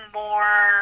more